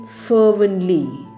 fervently